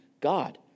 God